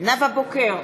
נאוה בוקר,